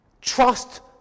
trust